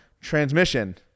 transmission